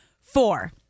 Four